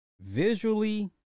Visually